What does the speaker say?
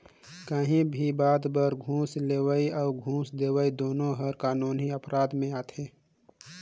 काहीं भी बात बर घूस लेहई अउ घूस देहई दुनो हर कानूनी अपराध में आथे